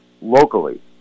locally